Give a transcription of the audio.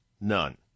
none